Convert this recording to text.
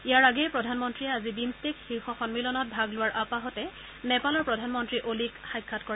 ইয়াৰ আগেয়ে প্ৰধানমন্ত্ৰীয়ে আজি বিমট্টেক শীৰ্ষসন্মিলনত ভাগ লোৱাৰ আপাহতে নেপালৰ প্ৰধানমন্ত্ৰী অলিক সাক্ষাৎ কৰে